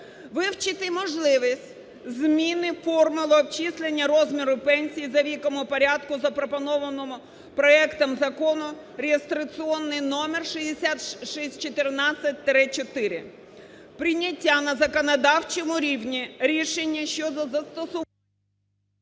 вивчити можливість зміни формули обчислення розміру пенсій за віком у порядку, запропонованому проектом Закону (реєстраційний номер 6614-4); прийняття на законодавчому рівні рішення щодо… ГОЛОВУЮЧИЙ.